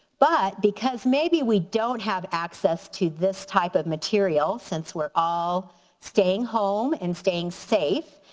but because maybe we don't have access to this type of material since we're all staying home and staying safe,